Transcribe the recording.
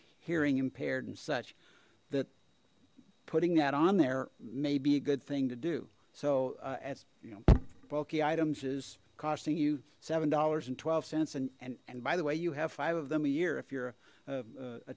hearing impaired and such that putting that on there may be a good thing to do so as you know bulky items is costing you seven dollars and twelve cents and and and by the way you have five of them a year if you're